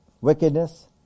wickedness